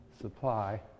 supply